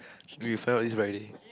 should you felt this badly